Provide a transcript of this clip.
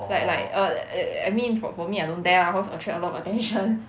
like like err I I mean for for me I don't dare lah cause attract a lot of attention